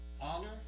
honor